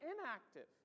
inactive